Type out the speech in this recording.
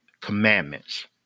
commandments